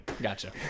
Gotcha